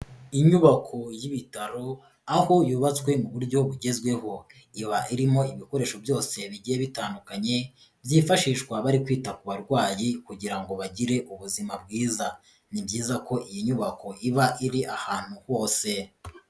Inyubako y'ibitaro aho yubatswe mu buryo bugezweho, iba irimo ibikoresho byose bigiye bitandukanye, byifashishwa bari kwita ku barwayi kugira ngo bagire ubuzima bwiza. Ni byiza ko iyi nyubako iba iri ahantu hose.